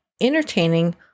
entertaining